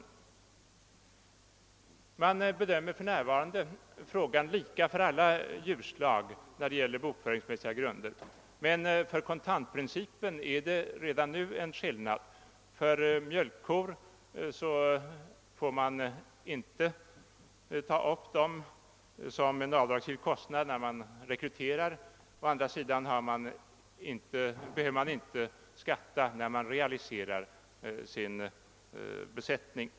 Frågan bedöms för närvarande lika för alla djurslag när det gäller bokföringsmässig redovisning, men vid tilllämpning av kontantprincipen är det redan nu en skillnad. Utgiften för mjölkkor får inte tas upp som en avdragsgill kostnad vid rekryteringen. Å andra sidan behöver man inte skatta när man realiserar sin besättning.